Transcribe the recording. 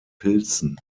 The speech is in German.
pilzen